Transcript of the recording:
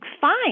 fine